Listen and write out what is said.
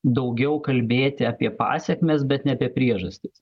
daugiau kalbėti apie pasekmes bet ne apie priežastis